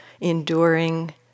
enduring